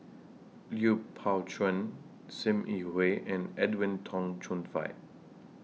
Lui Pao Chuen SIM Yi Hui and Edwin Tong Chun Fai